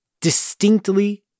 distinctly